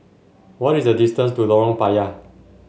what is the distance to Lorong Payah